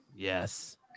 Yes